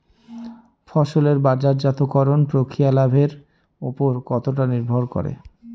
ফসলের বাজারজাত করণ প্রক্রিয়া লাভের উপর কতটা নির্ভর করে?